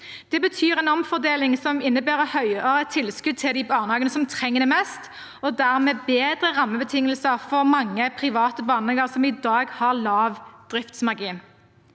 Det betyr en omfordeling som innebærer et høyere tilskudd til de barnehagene som trenger det mest, og dermed bedre rammebetingelser for mange private barnehager som i dag har lav driftsmargin.